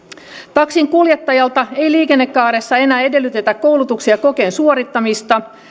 taksinkuljettajalta ei liikennekaaressa enää edellytetä koulutuksen ja kokeen suorittamista